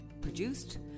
produced